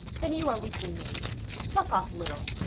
then you are weakly made plucke off a little,